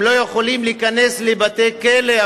הם לא יכולים להיכנס לבתי-כלא,